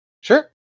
sure